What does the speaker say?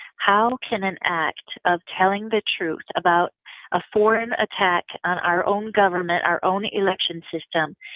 how can an act of telling the truth about a foreign attack on our own government, our own election system,